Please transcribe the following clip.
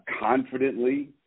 confidently